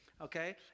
okay